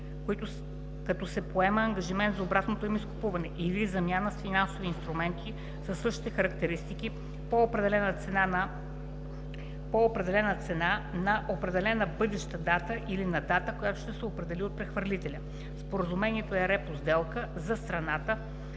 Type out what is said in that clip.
като се поема ангажимент за обратното им изкупуване (или замяна с финансови инструменти със същите характеристики) по определена цена на определена бъдеща дата или на дата, която ще се определи от прехвърлителя. Споразумението е „репо сделка” за страната,